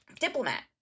diplomat